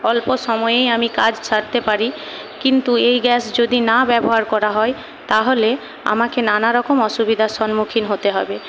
অল্প সময়েই আমি কাজ সারতে পারি কিন্তু এই গ্যাস যদি না ব্যবহার করা হয় তাহলে আমাকে নানারকম অসুবিধার সন্মুখীন হতে হবে